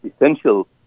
essential